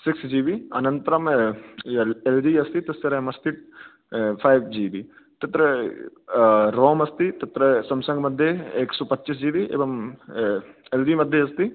six GB अनन्तरम् a LG अस्ति तस्य रेम् अस्ति फ़ैव जीबी तत्र रोम् अस्ति तत्र सेम्सङ्ग् मध्ये एकसो पच्चीस् जीबी एवम् एल्जि मध्ये अस्ति